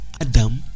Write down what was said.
Adam